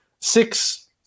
six